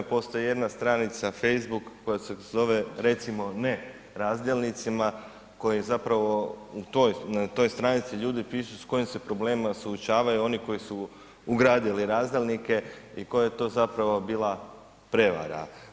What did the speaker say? Postoji jedna stranica Facebook koja se zove „Recimo ne razdjelnicima“, koji zapravo na toj stranici ljudi pišu s kojim se problemima suočavaju oni koji su ugradili razdjelnike i koja je to zapravo bila prevara.